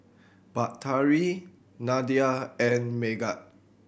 Batari Nadia and Megat